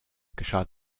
geschah